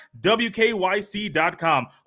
WKYC.com